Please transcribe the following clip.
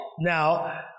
Now